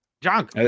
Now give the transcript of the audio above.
junk